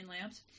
lamps